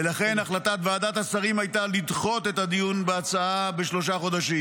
ולכן החלטת ועדת השרים הייתה לדחות את הדיון בהצעה בשלושה חודשים.